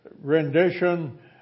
rendition